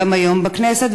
גם היום בכנסת,